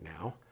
now